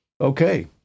okay